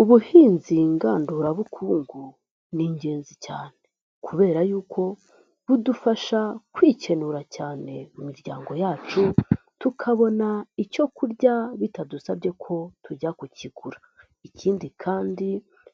Ubuhinzi ngandurabukungu ni ingenzi cyane kubera yuko budufasha kwikenura cyane mu miryango yacu, tukabona icyo kurya bitadusabye ko tujya kukigura. Ikindi kandi